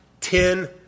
Ten